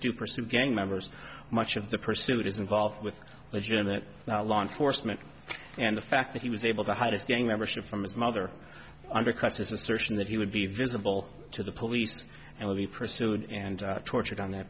do pursue gang members much of the pursuit is involved with legitimate law enforcement and the fact that he was able to hide his gang membership from his mother undercuts his assertion that he would be visible to the police and would be pursued and tortured on that